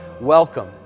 welcome